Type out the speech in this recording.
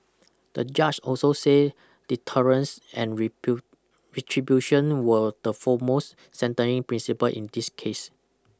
the judge also say deterrence and rebuilt retribution were the foremost sentencing principle in this case